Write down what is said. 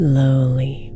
Slowly